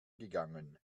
gegangen